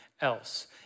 else